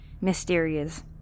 mysterious